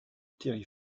terry